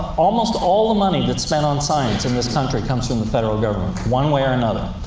almost all the money that's spent on science in this country comes from the federal government, one way or another.